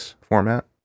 format